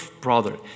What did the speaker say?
brother